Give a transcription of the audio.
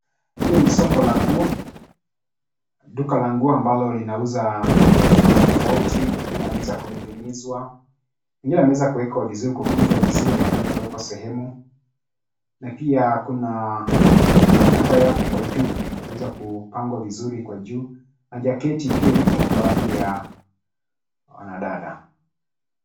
Hili ni soko la nguo. Duka la nguo amabalo linauza manguo tofauti tofauti. Mengine yameweza kuning'inizwa. Mengine yameweza vizuri kwa kukunjwa vizuri na kuweza kuwekwa sehemu, na pia kuna, mengine ambayo yapo kwa juu yameweza ku pangwa vizuri kwa juu, na jaketi pia ipo kwa ajili ya wanadada.